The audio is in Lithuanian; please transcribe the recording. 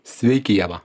sveiki ieva